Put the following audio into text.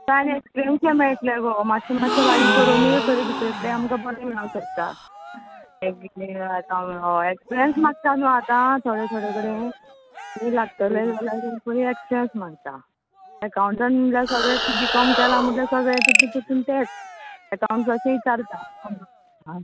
आनी एक्सप्रियंसूय मेळटले गो मात्शें मात्शें बारीक करुनूय खंय दुसरे कडेन आमकां बरें मेळो शकता आसा म्हुणो होय एक्सप्रियंस मागता न्हू आतां थोडे थोडे कडे खंयी लागतलें जाल्या तीं पयली एक्सप्रियंस मागता एकावंटन जावं सगळेंत तूं बी कॉम केलां म्हटल्या सगळें तितू तितून तेंत एकावंट्स अशें विचारता आं